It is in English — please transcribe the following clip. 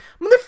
motherfucker